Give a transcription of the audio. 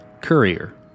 Courier